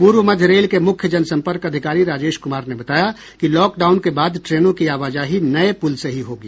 पूर्व मध्य रेल के मुख्य जनसंपर्क अधिकारी राजेश कुमार ने बताया कि लॉकडाउन के बाद ट्रेनों की आवाजाही नये पुल से ही होगी